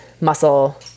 muscle